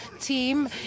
team